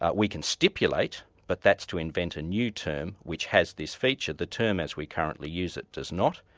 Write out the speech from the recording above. ah we can stipulate, but that's to invent a new term which has this feature, the term as we currently use it does not.